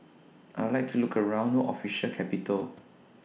I Would like to Look around No Official Capital